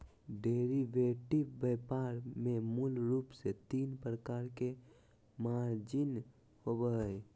derivative व्यापार में मूल रूप से तीन प्रकार के मार्जिन होबो हइ